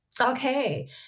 Okay